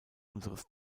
unseres